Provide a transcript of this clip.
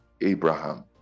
Abraham